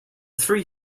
three